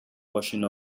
washing